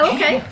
Okay